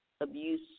abuse